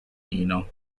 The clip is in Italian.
lino